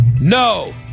No